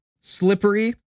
slippery